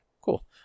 Cool